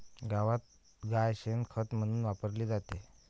गावात गाय शेण खत म्हणून वापरली जाते